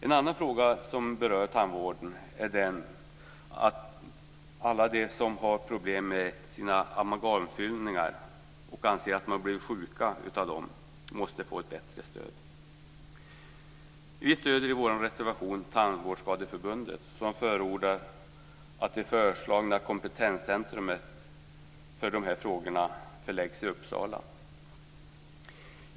En annan fråga som berör tandvården är att alla de som har problem med sina amalgamfyllningar och som anser att de blivit sjuka av dem måste få ett bättre stöd. Vi stöder i vår reservation Tandvårdsskadeförbundet som förordar att det föreslagna kompetenscentrumet för de här frågorna förläggs till Uppsala.